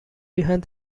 behind